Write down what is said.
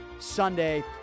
Sunday